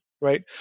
right